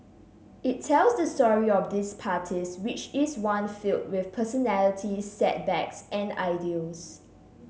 it tells the story of these parties which is one filled with personalities setbacks and ideals